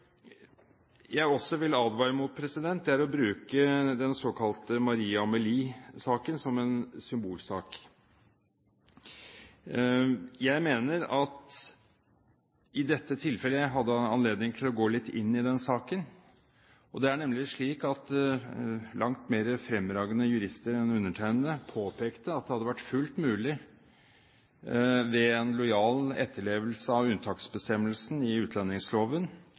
jeg også vil advare mot, er å bruke den såkalte Maria Amelie-saken som en symbolsak. I dette tilfellet – jeg hadde anledning til å gå litt inn i denne saken – er det nemlig slik at langt mer fremragende jurister enn undertegnede påpekte at det hadde vært fullt mulig ved en lojal etterlevelse av unntaksbestemmelsen i utlendingsloven